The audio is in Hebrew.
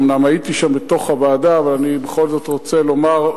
אומנם הייתי שם בוועדה אבל אני בכל זאת רוצה לומר,